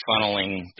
funneling